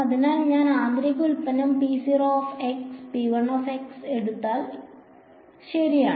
അതിനാൽ ഞാൻ ആന്തരിക ഉൽപ്പന്നം എടുത്താൽ ശരിയാണ്